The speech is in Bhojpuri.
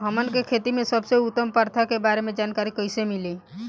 हमन के खेती में सबसे उत्तम प्रथा के बारे में जानकारी कैसे मिली?